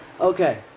Okay